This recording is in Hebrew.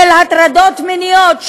של הטרדות מיניות,